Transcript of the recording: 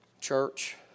church